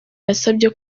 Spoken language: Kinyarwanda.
yasabye